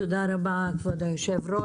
תודה רבה כבוד היושב-ראש,